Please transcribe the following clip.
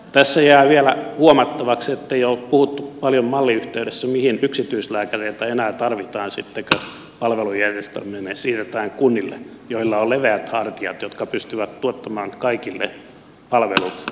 tässä jää vielä huomattavaksi ettei ole paljon puhuttu mallin yhteydessä mihin yksityislääkäreitä enää tarvitaan sitten kun palvelujen järjestäminen siirretään kunnille joilla on leveät hartiat jotka pystyvät tuottamaan kaikille palvelut kunnallisesti